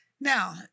now